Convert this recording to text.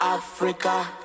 Africa